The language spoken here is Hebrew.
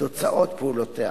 תוצאות פעולותיה.